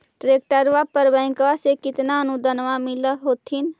ट्रैक्टरबा पर बैंकबा से कितना अनुदन्मा मिल होत्थिन?